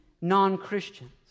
non-Christians